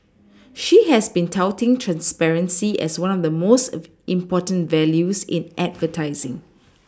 she has been touting transparency as one of the most important values in advertising